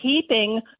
keeping